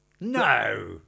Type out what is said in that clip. No